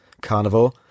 carnivore